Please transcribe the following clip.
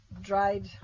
dried